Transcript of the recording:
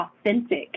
authentic